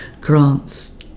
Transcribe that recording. grants